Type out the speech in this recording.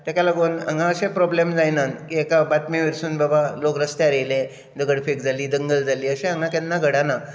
तेका लागून हांगा अशे प्रॉब्लेम जायनात की एका बातमी वरसून बाबा लोक रसत्यार आयले झगडपाक जाली दंगल जाली अशें हांगा केन्ना घडना